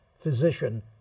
physician